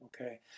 Okay